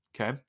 okay